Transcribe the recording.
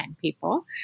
people